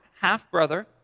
half-brother